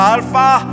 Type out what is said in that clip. Alpha